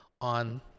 on